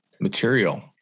material